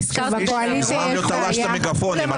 מזמן לא תלשת מגפונים.